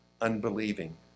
unbelieving